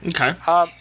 Okay